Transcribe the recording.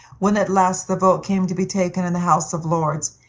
when at last the vote came to be taken in the house of lords,